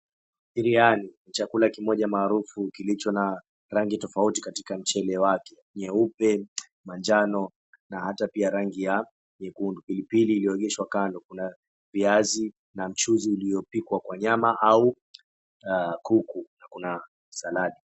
Biriani, ni chakula kimoja maarufu kilicho na rangi tofauti katika mchele wake. Nyeupe, manjano, na hata pia rangi ya nyekundu. Pilipili iliyoegeshwa kando. Kuna viazi na mchuzi uliopikwa kwa nyama au kuku na kuna saladi,